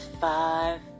Five